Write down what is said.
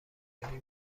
بلوبری